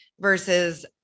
versus